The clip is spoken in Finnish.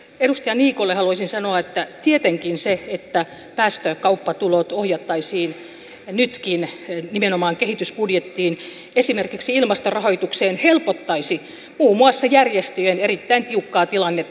edustaja niikolle haluaisin sanoa että tietenkin se että päästökauppatulot ohjattaisiin nytkin nimenomaan kehitysbudjettiin esimerkiksi ilmastorahoitukseen helpottaisi muun muassa järjestöjen erittäin tiukkaa tilannetta